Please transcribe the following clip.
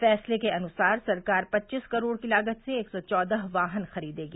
फैसले के अनुसार सरकार पवीस करोड़ की लागत से एक सौ चौदह वाहन खरीदेगी